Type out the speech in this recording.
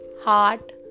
heart